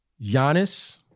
Giannis